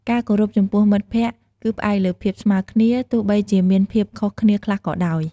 ការគោរពចំពោះមិត្តភក្តិគឺផ្អែកលើភាពស្មើគ្នា ទោះបីជាមានភាពខុសគ្នាខ្លះក៏ដោយ។